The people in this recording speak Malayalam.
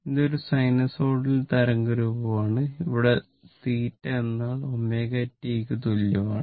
ഇത് ഒരു സൈനസോയ്ഡൽ തരംഗരൂപമാണ് ഇവിടെ θ എന്നാൽ 𝟂t ക്ക് തുല്യമാണ്